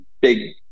big